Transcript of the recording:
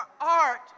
art